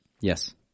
Yes